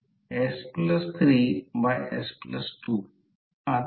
तर त्याचप्रमाणे R2 साठी R2 ची गणना करा R2 L2 Aµ0µr